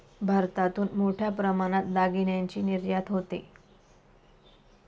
भारतातून मोठ्या प्रमाणात दागिन्यांची निर्यात होते